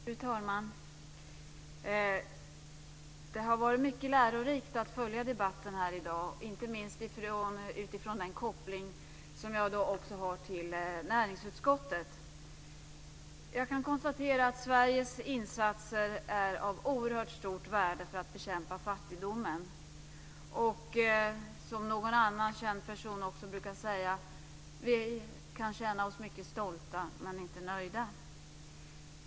Fru talman! Det har varit mycket lärorikt att följa debatten här i dag, inte minst utifrån den koppling som jag också har till näringsutskottet. Jag kan konstatera att Sveriges insatser är av oerhört stort värde för att bekämpa fattigdomen. Som någon känd person brukar säga, kan vi känna oss mycket stolta men inte nöjda.